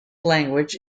language